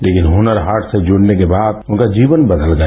लेकिन हुनर हाट से जुड़ने के बाद उनका जीवन बदल गया